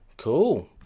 Cool